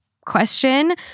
question